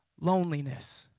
loneliness